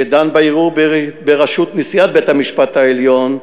שדן בערעור בראשות נשיאת בית-המשפט העליון,